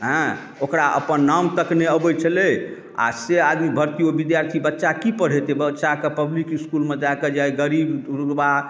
एँ ओकरा अपन नाम तक नहि अबैत छलै आ से आदमी भर्ती ओ विद्यार्थी बच्चाके की पढ़ैतै बच्चाके पब्लिक इसकुलमे दएके जे गरीब रुकबा